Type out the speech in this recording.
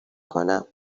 کنم